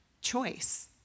choice